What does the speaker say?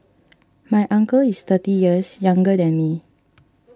my uncle is thirty years younger than me